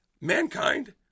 Mankind